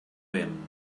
vent